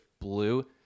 blue